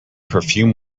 perfume